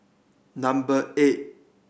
number eight